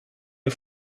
der